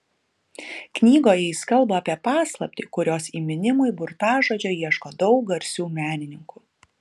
knygoje jis kalba apie paslaptį kurios įminimui burtažodžio ieško daug garsių menininkų